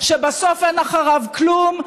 שבסוף אין מאחוריו כלום,